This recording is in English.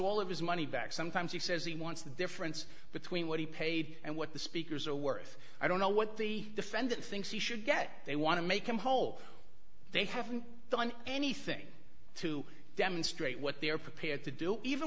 all of his money back sometimes he says he wants the difference between what he paid and what the speakers are worth i don't know what the defendant thinks he should get they want to make him whole they haven't done anything to demonstrate what they're prepared to do even